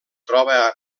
troba